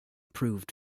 proved